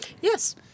Yes